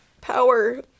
power